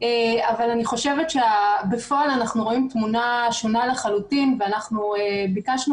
אבל אני חושבת שבפועל אנחנו רואים תמונה שונה לחלוטין ואנחנו ביקשנו